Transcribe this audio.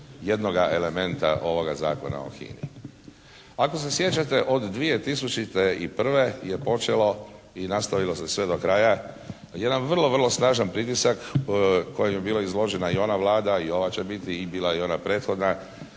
jednoga elementa ovoga Zakona o HINA-i. Ako se sjećate od 2001. je počelo i nastavilo se sve do kraja jedan vrlo, vrlo snažan pritisak kojem je bila izložena i ona Vlada i ova će biti i bila je i ona prethodna,